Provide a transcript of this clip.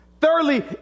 Thirdly